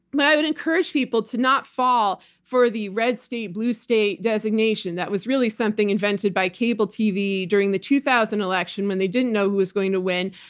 but i would encourage people to not fall for the red state, blue state designation. that was really something invented by cable tv during the two thousand election when they didn't know who was going to win,